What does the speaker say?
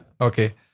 okay